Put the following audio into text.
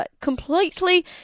completely